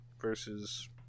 versus